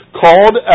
called